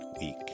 week